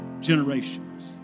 generations